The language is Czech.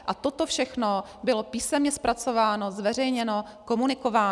A toto všechno bylo písemně zpracováno, zveřejněno, komunikováno.